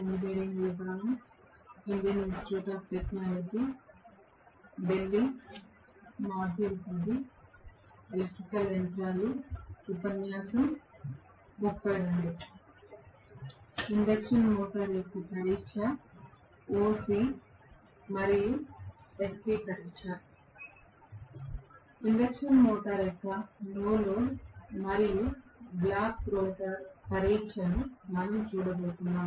induction motor యొక్క no load మరియు block rotor పరీక్షను మనం చూడబోతున్నాము